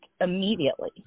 immediately